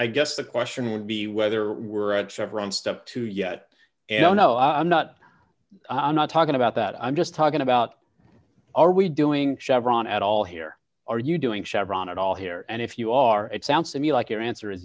guess the question would be whether we're at chevron step two yet and oh no i'm not i'm not talking about that i'm just talking about are we doing chevron at all here are you doing chevron at all here and if you are it sounds to me like your answer is